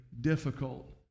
difficult